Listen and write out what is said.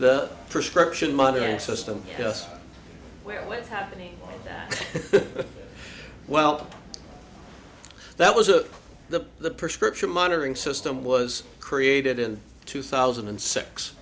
the prescription monitoring system just well it's happening well that was a the the prescription monitoring system was created in two thousand and six